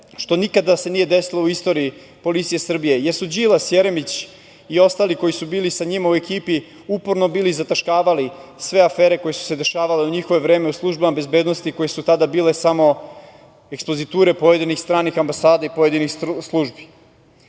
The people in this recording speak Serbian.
što se nikada nije desilo u istoriji policije Srbije, jer su Đilas, Jeremić i ostali koji su bili sa njima u ekipi uporno bili zataškavali sve afere koje su se dešavale u njihove vreme u službama bezbednosti, koje su tada bile samo ekspoziture pojedinih stranih ambasada i pojedinih službi. Kada